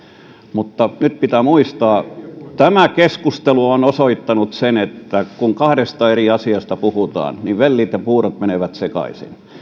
mutta nyt pitää muistaa tämä keskustelu on osoittanut sen että kun kahdesta eri asiasta puhutaan niin vellit ja puurot menevät sekaisin